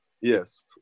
Yes